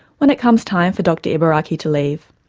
when it comes time for dr ibaraki to leave,